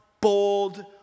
bold